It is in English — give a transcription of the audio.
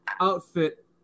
outfit